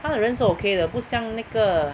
他的人是 okay 的不像那个